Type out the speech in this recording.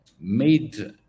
made